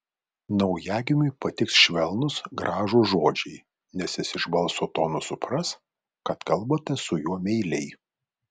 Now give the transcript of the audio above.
naujagimiui patiks švelnūs gražūs žodžiai nes jis iš balso tono supras kad kalbate su juo meiliai